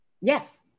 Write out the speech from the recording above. yes